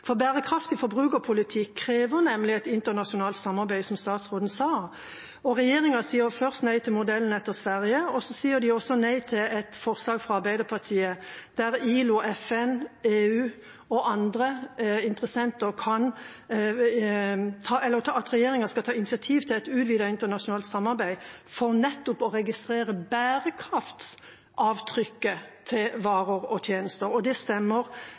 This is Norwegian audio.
for bærekraftig forbrukerpolitikk krever nemlig et internasjonalt samarbeid, som statsråden sa. Regjeringa sier først nei til modellen de har i Sverige, og de sier også nei til et forslag fra Arbeiderpartiet om at regjeringa skal ta initiativ til et utvidet internasjonalt samarbeid for nettopp å registrere bærekraftsavtrykket til varer og tjenester. Det stemmer